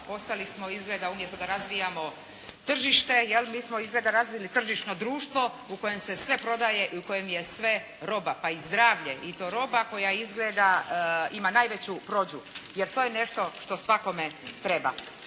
postali smo izgleda, umjesto da razvijamo tržište, je li, mi smo izgleda razvili tržišno društvo u kojem se sve prodaje i u kojem je sve roba, pa i zdravlje i to roba koja izgleda, ima najveću …/Govornik se ne razumije./…, jer to je nešto što svakome treba.